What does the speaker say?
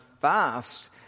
fast